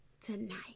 tonight